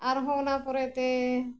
ᱟᱨᱦᱚᱸ ᱚᱱᱟ ᱯᱚᱨᱮᱛᱮ